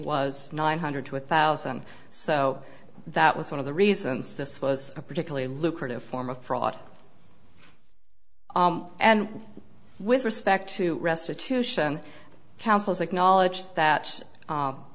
was nine hundred to one thousand so that was one of the reasons this was a particularly lucrative form a fraud and with respect to restitution counsels acknowledge that